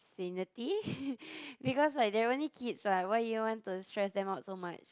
sanity because like they are only kids right why you all want to stress them out so much